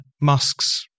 Musk's